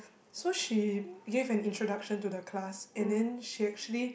so she gave an introduction to the class and then she actually